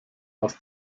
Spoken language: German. aus